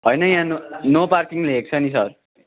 होइन यहाँ न नो पार्किङ लेखेको छ नि सर